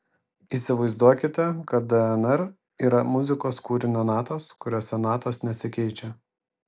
įsivaizduokite kad dnr yra muzikos kūrinio natos kuriose natos nesikeičia